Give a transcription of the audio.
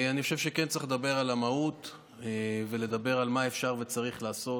אני חושב שכן צריך לדבר על המהות ולדבר על מה אפשר וצריך לעשות.